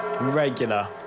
regular